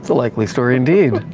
so likely story indeed.